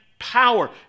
power